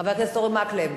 חבר הכנסת אורי מקלב?